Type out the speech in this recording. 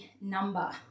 number